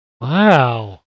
Wow